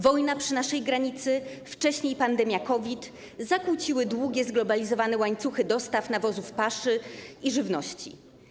Wojna przy naszej granicy, wcześniej pandemia COVID zakłóciły długie, zglobalizowane łańcuchy dostaw nawozów, paszy i żywności.